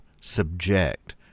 subject